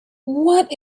what